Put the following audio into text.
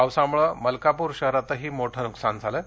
पावसामुळं मलकापूर शहरातही मोठं नुकसान केलं आहे